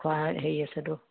খোৱা হেৰি আছেটো